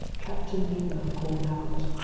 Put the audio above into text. captain nemo called out.